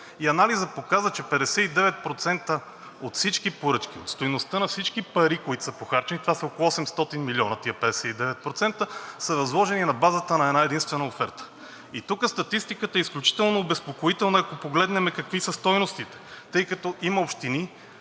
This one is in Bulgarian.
и анализът показа, че 59% от всички поръчки – от стойността на всички пари, които са похарчени – това са около 800 милиона, тези 59% са възложени на базата на една-единствена оферта. И тук статистиката е изключително обезпокоителна. Ако погледнем какви са стойностите, тъй като има общини